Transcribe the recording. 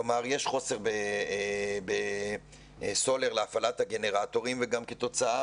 כלומר יש חוסר בסולר להפעלת הגנרטורים וגם כתוצאה